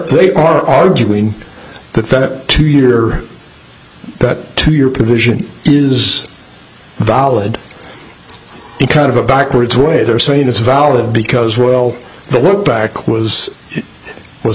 they are arguing that that two year that to your provision is valid in kind of a backwards way they're saying it's valid because well the look back was